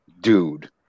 dude